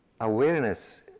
awareness